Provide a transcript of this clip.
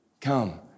Come